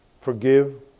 forgive